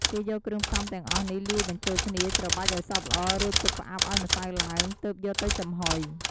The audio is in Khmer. គេយកគ្រឿងផ្សំទាំងអស់នេះលាយបញ្ចូលគ្នា ច្របាច់ឱ្យសព្វល្អ រួចទុកផ្អាប់ឱ្យម្សៅឡើង ទើបយកទៅចំហុយ។